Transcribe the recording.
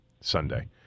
Sunday